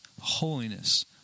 holiness